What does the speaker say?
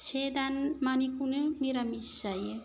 से दानमानिखौनो मिरामिस जायो